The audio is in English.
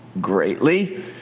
greatly